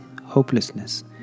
hopelessness